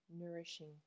nourishing